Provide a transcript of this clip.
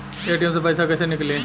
ATM से पैसा कैसे नीकली?